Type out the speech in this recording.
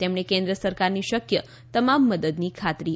તેમણે કેન્દ્ર સરકારની શક્ય તમામ મદદની ખાતરી આપી હતી